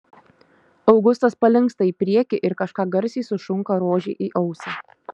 augustas palinksta į priekį ir kažką garsiai sušunka rožei į ausį